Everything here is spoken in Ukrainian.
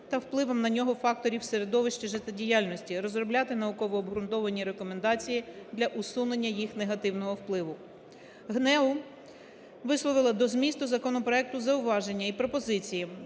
та впливом на нього факторів середовища життєдіяльності, розробляти науково-обґрунтовані рекомендації для усунення їх негативного впливу. ГНЕУ висловило до змісту законопроекту зауваження і пропозиції,